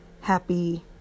happy